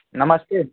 नमस्ते